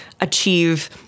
achieve